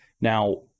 Now